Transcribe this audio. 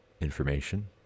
information